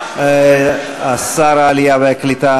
שר העלייה והקליטה,